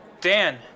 Dan